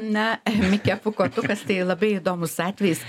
na mikė pūkuotukas tai labai įdomus atvejis